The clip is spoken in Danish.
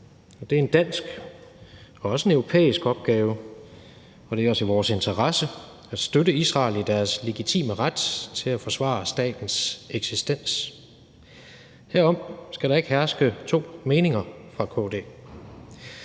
det er en dansk og også en europæisk opgave – og det er også i vores interesse – at støtte Israel i deres legitime ret til at forsvare statens eksistens. Herom skal der ikke herske to meninger fra KD's